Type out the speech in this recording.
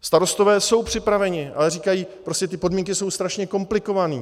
Starostové jsou připraveni, ale říkají: prostě ty podmínky jsou strašně komplikované.